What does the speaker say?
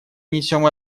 несем